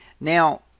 Now